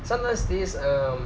sometimes this uh